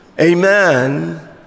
Amen